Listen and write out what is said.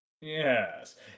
Yes